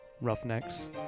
Roughnecks